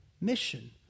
mission